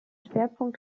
schwerpunkt